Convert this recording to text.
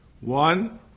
One